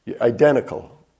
Identical